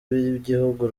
b’igihugu